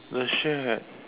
the shed